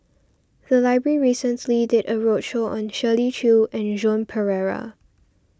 the library recently did a roadshow on Shirley Chew and Joan Pereira